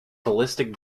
ballistic